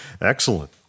Excellent